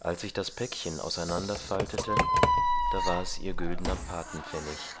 als ich das päckchen aus einander faltete da war's ihr güldner pathenpfennig